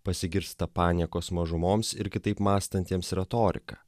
pasigirsta paniekos mažumoms ir kitaip mąstantiems retorika